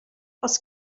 oes